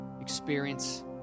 experience